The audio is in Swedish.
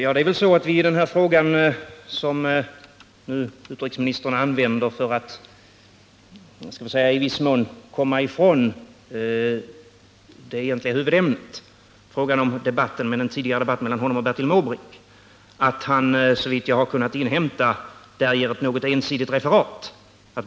Herr talman! När utrikesministern nu använt den tidigare debatten mellan honom och Bertil Måbrink för att i viss mån komma bort från det egentliga huvudämnet, har han såvitt jag kunnat inhämta gett ett något ensidigt referat.